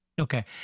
Okay